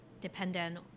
dependent